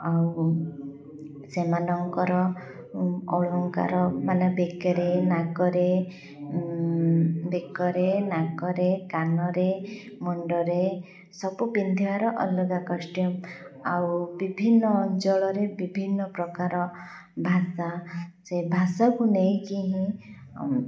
ଆଉ ସେମାନଙ୍କର ଅଳଙ୍କାର ମାନେ ବେକରେ ନାକରେ ବେକରେ ନାକରେ କାନରେ ମୁଣ୍ଡରେ ସବୁ ପିନ୍ଧିବାର ଅଲଗା କଷ୍ଟ୍ୟୁମ୍ ଆଉ ବିଭିନ୍ନ ଅଞ୍ଚଳରେ ବିଭିନ୍ନ ପ୍ରକାର ଭାଷା ସେ ଭାଷାକୁ ନେଇକି ହିଁ